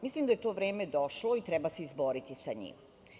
Mislim da je to vreme došlo i treba se izboriti sa njim.